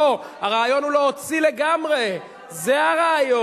לא, הרעיון הוא להוציא לגמרי, זה הרעיון.